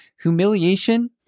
Humiliation